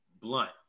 blunt